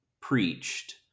preached